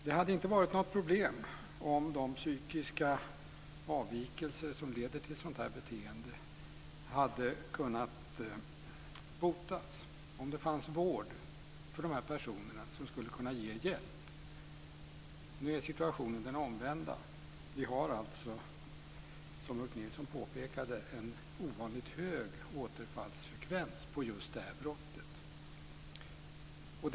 Det hade inte varit något problem om de psykiska avvikelser som leder till ett sådant här beteende hade kunnat botas, om det funnits vård som hade kunnat hjälpa dessa personer. Nu är situationen den omvända. Återfallsfrekvensen är, som Ulf Nilsson påpekade, ovanligt hög när det gäller just det här brottet.